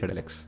Alex